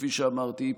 כפי שאמרתי,